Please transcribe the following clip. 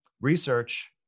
research